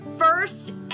first